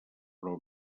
però